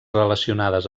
relacionades